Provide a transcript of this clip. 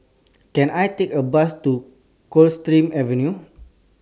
Can I Take A Bus to Coldstream Avenue